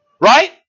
Right